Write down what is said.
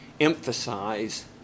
emphasize